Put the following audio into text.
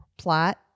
plot